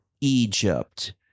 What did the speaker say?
Egypt